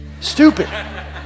stupid